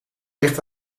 ligt